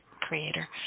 creator